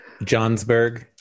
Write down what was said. Johnsburg